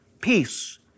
peace